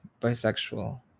bisexual